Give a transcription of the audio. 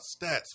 stats